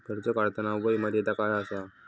कर्ज काढताना वय मर्यादा काय आसा?